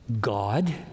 God